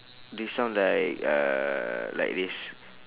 they sound like uh like this